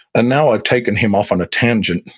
ah now i've taken him off on a tangent.